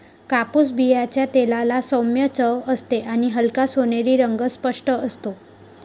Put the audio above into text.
कापूस बियांच्या तेलाला सौम्य चव असते आणि हलका सोनेरी रंग स्पष्ट असतो